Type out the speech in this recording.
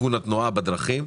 וסיכון התנועה בדרכים,